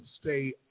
stay